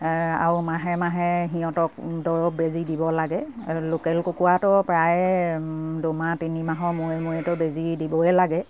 আৰু মাহে মাহে সিহঁতক দৰৱ বেজি দিব লাগে লোকেল কুকুৰাটো প্ৰায়ে দুমাহ তিনিমাহৰ মূয়ে মূয়েতো বেজি দিবই লাগে